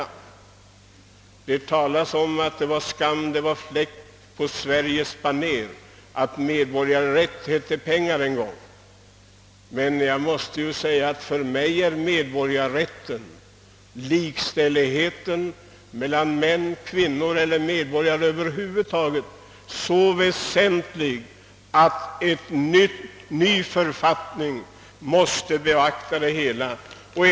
Det står i Verner von Heidenstams Medborgarsång: »Det är skam, det är fläck på Sveriges baner, att medborgarrätt heter pengar.» Jag måste säga att för mig är medborgarrätten och likställigheten mellan män och kvinnor eller mellan medborgare över huvud taget så väsentlig, att en ny författning måste beakta denna sak.